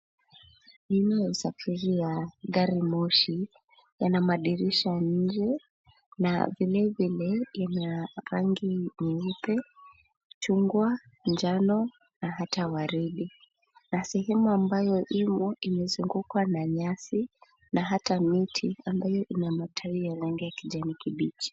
Aina ya usafiri ya garimoshi yana madirisha nje na vilevile lina rangi nyeupe, chungwa, njano na hata waridi. Na sehemu ambayp imo imezungukwa na nyasi na hata miti ambayo ina matawi ya rangi ya kijani kibichi.